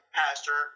pastor